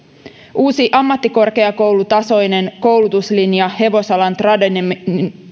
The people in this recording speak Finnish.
uusi ammattikorkeakoulutasoinen koulutuslinja hevosalan tradenomi